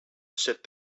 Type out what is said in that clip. said